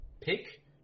pick